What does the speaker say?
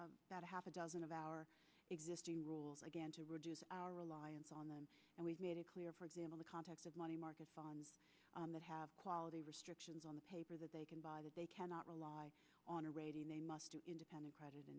about half a dozen of our existing rules again to reduce our reliance on them and we've made it clear for them in the context of money market funds that have quality restrictions on paper that they can buy that they cannot rely on a rating they must do independent pre